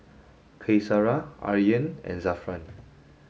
Qaisara Aryan and Zafran